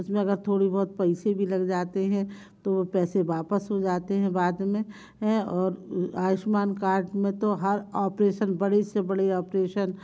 इसमें अगर थोड़ी बहुत पैसे भी लग जाते हैं तो वो पैसे वापस हो जाते हैं बाद में हैं और आयुष्मान कार्ड में तो हर ऑपरेसन बड़े से बड़े ऑपरेशन